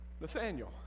Nathaniel